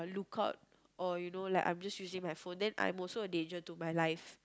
look out or you know like I'm just using my phone I'm also a danger to my life